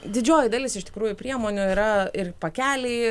didžioji dalis iš tikrųjų priemonių yra ir pakeliai